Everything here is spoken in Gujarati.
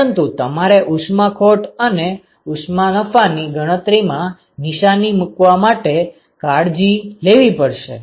પરંતુ તમારે ઉષ્મા ખોટ અને ઉષ્મા નફાની ગણતરીમાં નિશાની મૂકવામાં ખૂબ જ કાળજી લેવી પડશે